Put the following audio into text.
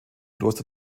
kloster